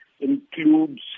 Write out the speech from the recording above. includes